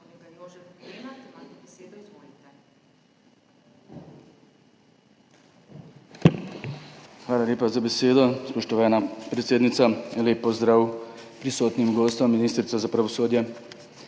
Hvala lepa za besedo, spoštovana predsednica. Lep pozdrav prisotnim gostom, ministrici za pravosodje!